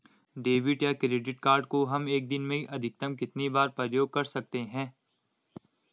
Debit या credit card को हम एक दिन में अधिकतम कितनी बार प्रयोग कर सकते हैं?